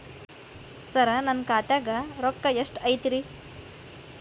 ಸರ ನನ್ನ ಖಾತ್ಯಾಗ ರೊಕ್ಕ ಎಷ್ಟು ಐತಿರಿ?